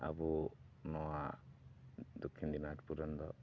ᱟᱵᱚ ᱱᱚᱣᱟ ᱫᱚᱠᱠᱷᱤᱱ ᱫᱤᱱᱟᱡᱽᱯᱩᱨ ᱨᱮᱱ ᱫᱚ